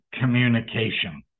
communication